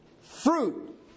fruit